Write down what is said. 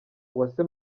uwase